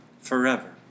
forever